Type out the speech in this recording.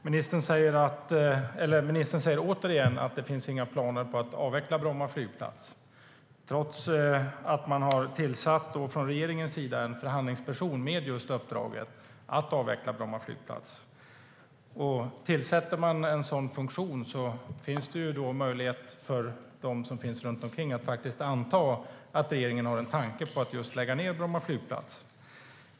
Ministern säger återigen att det inte finns några planer på att avveckla Bromma flygplats, trots att man från regeringens sida har tillsatt en förhandlingsperson med just uppdraget att avveckla Bromma flygplats. Tillsätter man en sådan funktion finns det ju möjlighet för dem runt omkring att anta att regeringen har en tanke om att lägga ned Bromma flygplats.